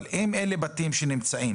אבל אם אלה בתים שנמצאים,